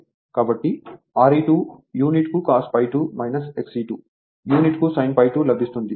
కాబట్టిRe2 unit కు cos∅2 Xe2 unit కు sin∅2 లభిస్తుంది